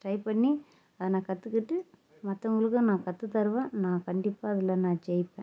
try பண்ணி அதை நான் கற்றுக்குட்டு மற்றவங்களுக்கும் நான் கற்று தருவேன் நான் கண்டிப்பாக இதில் நான் ஜெய்ப்பேன்